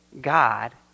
God